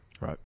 right